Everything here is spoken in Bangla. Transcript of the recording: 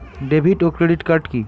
ডেভিড ও ক্রেডিট কার্ড কি?